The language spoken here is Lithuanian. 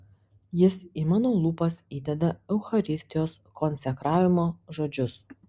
jis į mano lūpas įdeda eucharistijos konsekravimo žodžius